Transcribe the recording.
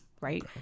right